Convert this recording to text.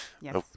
Yes